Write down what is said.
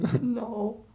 No